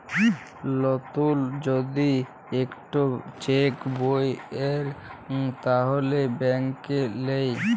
লতুল যদি ইকট চ্যাক বই চায় তাহলে ব্যাংকে লেই